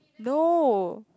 no